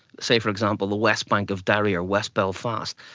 say for example the west bank of derry or west belfast,